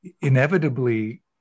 inevitably